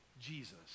Jesus